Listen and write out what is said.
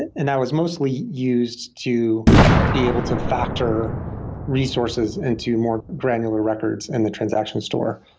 and and that was mostly used to be able to factor resources into more granular records in the transaction store,